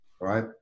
right